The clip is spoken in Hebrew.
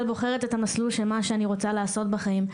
בוחרת את המסלול של מה שאני רוצה לעשות בחיים.